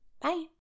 bye